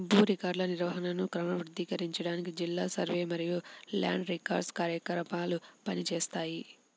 భూ రికార్డుల నిర్వహణను క్రమబద్ధీకరించడానికి జిల్లా సర్వే మరియు ల్యాండ్ రికార్డ్స్ కార్యాలయాలు పని చేస్తున్నాయి